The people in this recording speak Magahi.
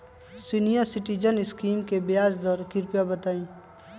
सीनियर सिटीजन स्कीम के ब्याज दर कृपया बताईं